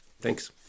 Thanks